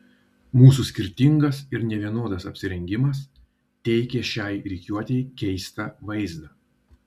mūsų skirtingas ir nevienodas apsirengimas teikė šiai rikiuotei keistą vaizdą